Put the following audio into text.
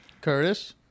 Curtis